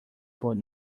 but